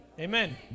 Amen